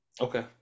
Okay